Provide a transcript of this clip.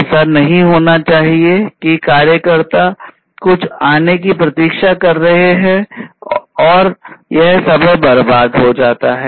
ऐसा नहीं होना चाहिए कि कार्यकर्ता कुछ आने की प्रतीक्षा कर रहे हैं और यह समय बर्बाद हो जाता है